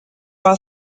are